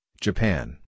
Japan